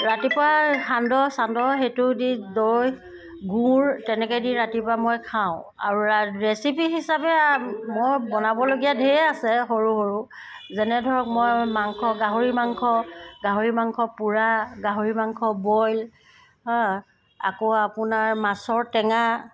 ৰাতিপুৱা সান্দহ চান্দহ সেইটো দি দৈ গুৰ তেনেকৈ দি ৰাতিপুৱা মই খাওঁ আৰু ৰেচিপি হিচাপে মই বনাবলগীয়া ঢেৰ আছে সৰু সৰু যেনে ধৰক মই মাংস গাহৰি মাংস গাহৰি মাংস পোৰা গাহৰি মাংস বইল আকৌ আপোনাৰ মাছৰ টেঙা